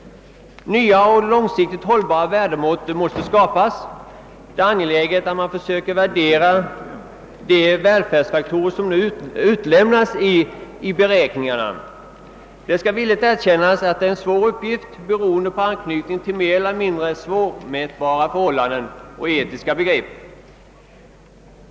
Nya och långsiktigt hållbara välfärdsmått måste skapas. Det är angeläget att vi försöker värdera de faktorer som nu utelämnas i beräkningarna. Jag skall villigt erkänna att detta är en svår uppgift, beroende på anknytningen till mer eller mindre svårmätbara förhållanden och etiska begrepp.